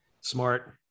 smart